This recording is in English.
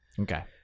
okay